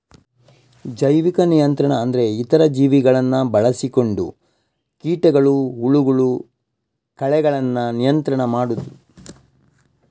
ಜೈವಿಕ ನಿಯಂತ್ರಣ ಅಂದ್ರೆ ಇತರ ಜೀವಿಗಳನ್ನ ಬಳಸಿಕೊಂಡು ಕೀಟಗಳು, ಹುಳಗಳು, ಕಳೆಗಳನ್ನ ನಿಯಂತ್ರಣ ಮಾಡುದು